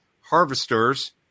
harvesters